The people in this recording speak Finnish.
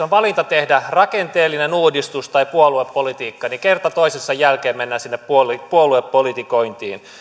on valinta tehdä rakenteellinen uudistus tai puoluepolitiikkaa kerta toisensa jälkeen mennään sinne puoluepolitikointiin